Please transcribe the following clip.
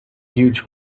huge